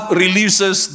releases